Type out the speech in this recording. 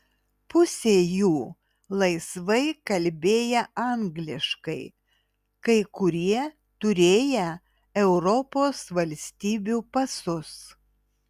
pusė jų laisvai kalbėję angliškai kai kurie turėję europos valstybių pasus